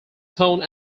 tone